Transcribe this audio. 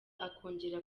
akongera